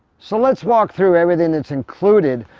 so let's walk through everything that's included.